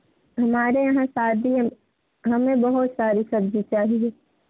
हमारे यहाँ शादी है हमें बहुत सारी सब्ज़ी चाहिए